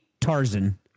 Tarzan